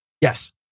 Yes